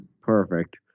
Perfect